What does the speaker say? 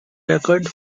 record